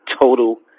Total